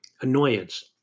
annoyance